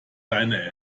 deine